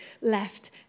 left